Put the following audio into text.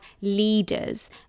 leaders